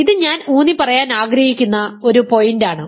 ഇത് ഞാൻ ഊന്നിപ്പറയാൻ ആഗ്രഹിക്കുന്ന ഒരു പോയിന്റാണ്